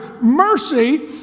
mercy